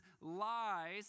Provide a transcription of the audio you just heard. lies